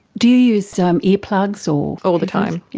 do you use so um earplugs or? all the time,